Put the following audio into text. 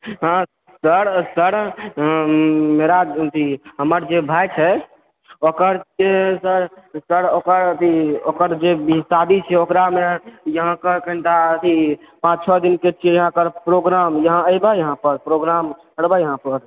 हँ sir sir मेरा अथि हमर जऽ भाय छै ओकर जऽ सर सर ओकर अथि ओकर जऽ विहताबी छै ओकरामे यहाँके अखन अथि पाँच छओ दिनके छै प्रोग्राम यहाँ हय ने यहाँ पर प्रोग्राम करबै यहाँ पर